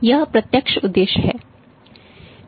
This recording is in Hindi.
यह प्रत्यक्ष उद्देश्य है